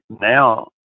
now